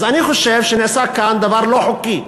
לכן אני חושב שנעשה כאן דבר לא חוקי,